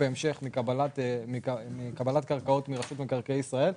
ובקבלת קרקעות מרשות מקרקעי ישראל.